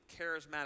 charismatic